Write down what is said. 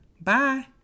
Bye